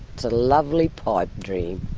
it's a lovely pipedream.